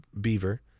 beaver